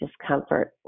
discomfort